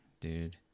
dude